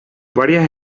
varias